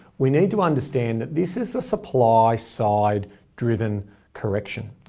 we need to understand that this is a supply side driven correction.